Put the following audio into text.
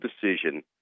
decision